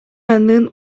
анын